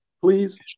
please